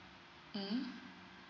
mmhmm